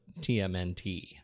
TMNT